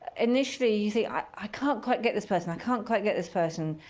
initially, you see, i can't quite get this person. i can't quite get this person.